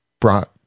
brought